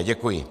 Děkuji.